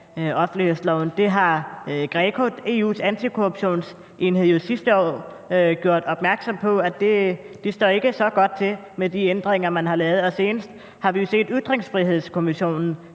GRECO, EU's antikorruptionsenhed, gjorde jo sidste år opmærksom på, at det ikke står så godt til med de ændringer, man har lavet, og senest har vi jo set Ytringsfrihedskommissionen